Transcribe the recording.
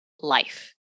life